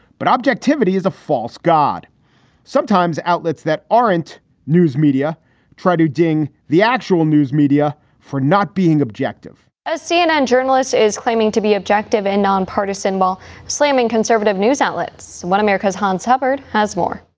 but objectivity is a false god sometimes. outlets that aren't news media try to ding the actual news media for not being objective as cnn journalist is claiming to be objective and nonpartisan while slamming conservative news outlets. what? america's hans hubbard has more.